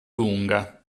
lunga